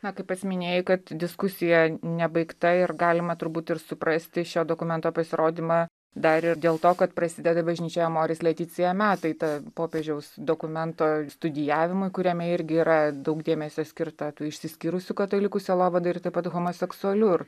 na kaip pats minėjai kad diskusija nebaigta ir galima turbūt ir suprasti šio dokumento pasirodymą dar ir dėl to kad prasideda bažnyčioje moris leticija metai tad popiežiaus dokumento studijavimui kuriame irgi yra daug dėmesio skirta tų išsiskyrusių katalikų sielovadai ir taip pat homoseksualių ir